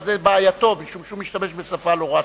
אבל זו בעייתו, משום שהוא משתמש בשפה לא רשמית.